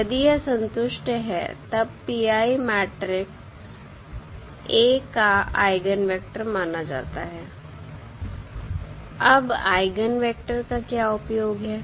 यदि यह संतुष्ट है तब मैट्रिक्स A का आइगन वेक्टर माना जाता है अब आइगन वेक्टर का क्या उपयोग है